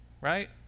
right